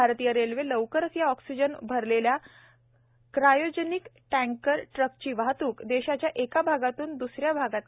भारतीय रेल्वे लवकरच या ऑक्सिजन भरलेल्या क्रायोजनिक टँकर ट्रकची वाहत्क देशाच्या एका भागातून द्सऱ्या भागात करणार आहे